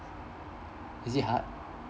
is it hard